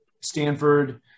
Stanford